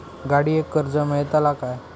गाडयेक कर्ज मेलतला काय?